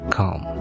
calm